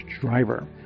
Driver